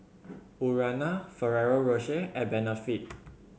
Urana Ferrero Rocher and Benefit